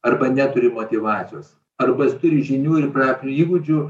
arba neturi motyvacijos arba jis turi žinių ir praktinių įgūdžių